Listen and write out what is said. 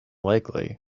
likely